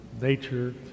nature